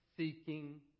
Seeking